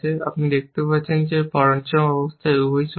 আপনি দেখতে পারেন যে পঞ্চম অবস্থায় উভয়ই সত্য